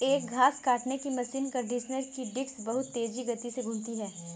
एक घास काटने की मशीन कंडीशनर की डिस्क बहुत तेज गति से घूमती है